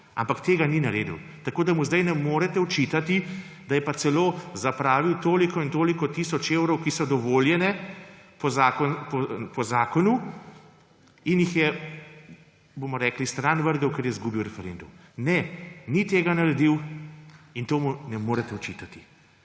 Ampak tega ni naredil. Tako mu zdaj ne morete očitati, da je pa celo zapravil toliko in toliko tisoč evrov, ki so dovoljene po zakonu, in jih je, bomo rekli, stran vrgel, ker je izgubil referendum. Ne, ni tega naredil, in tega mu ne morete očitati.